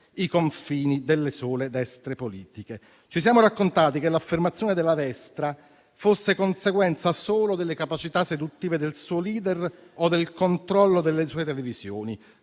i confini delle sole destre politiche. Ci siamo raccontati che l'affermazione della destra fosse conseguenza solo delle capacità seduttive del suo *leader* o del controllo delle sue televisioni.